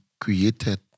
created